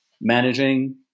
managing